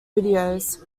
videos